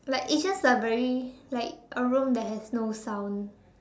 like it's just a very like a room that has no sound